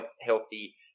healthy